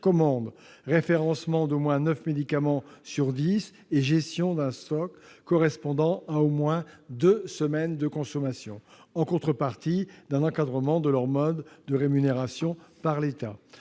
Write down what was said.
commande, référencement d'au moins neuf médicaments sur dix et gestion d'un stock correspondant à au moins deux semaines de consommation -en contrepartie d'un encadrement de leur mode de rémunération par l'État.